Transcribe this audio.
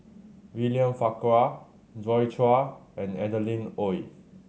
William Farquhar Joi Chua and Adeline Ooi